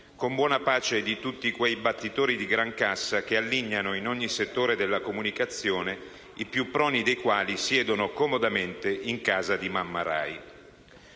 con buona pace di tutti quei battitori di grancassa che allignano in ogni settore della comunicazione, i più proni dei quali siedono comodamente in casa di mamma RAI.